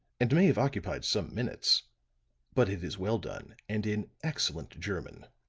and may have occupied some minutes but it is well done, and in excellent german.